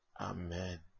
Amen